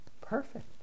perfect